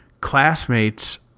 classmates